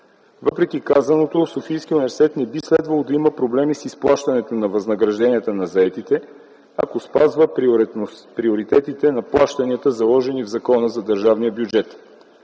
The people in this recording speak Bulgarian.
Въпреки казаното Софийският университет не би следвало да има проблем с изплащането на възнагражденията на заетите, ако спазва приоритетите на плащанията, заложени в Закона за държавния бюджет.